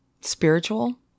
spiritual